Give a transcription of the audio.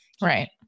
Right